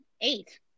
eight